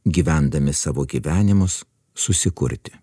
gyvendami savo gyvenimus susikurti